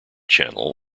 channel